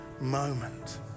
moment